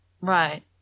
Right